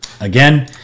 again